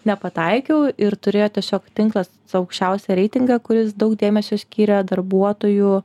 nepataikiau ir turėjo tiesiog tinklas aukščiausią reitingą kuris daug dėmesio skyrė darbuotojų